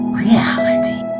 reality